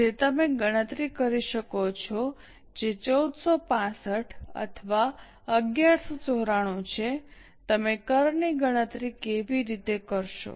તેથી તમે ગણતરી કરી શકો છો જે 1465 અથવા 1194 છે તમે કરની ગણતરી કેવી રીતે કરશો